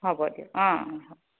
হ'ব দিয়ক অ' অ'